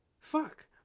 fuck